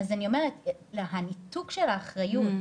אז אני אומרת, הניתוק של האחריות,